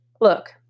Look